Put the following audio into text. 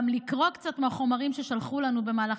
אלא גם לקרוא קצת מהחומרים ששלחו לנו במהלך